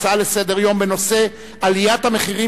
הצעות לסדר-היום בנושא: עליות המחירים